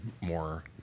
more